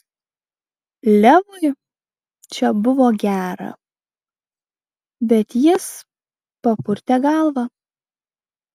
levui čia buvo gera bet jis papurtė galvą